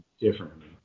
differently